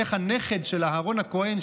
איך הנכד של אהרן הכוהן,